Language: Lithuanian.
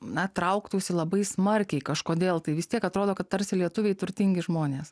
na trauktųsi labai smarkiai kažkodėl tai vis tiek atrodo kad tarsi lietuviai turtingi žmonės